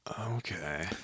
okay